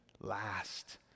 last